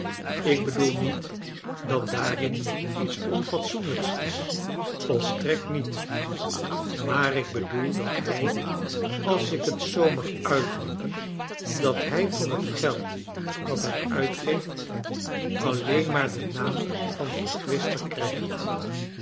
ik bedoel niet dat daarin iets onfatsoenlijks is volstrekt niet maar ik bedoel dat hij als ik t zoo mag nitdrukken dat hij voor het geld dat hij uitgeeft alleen maar den naam van verkwister krijgt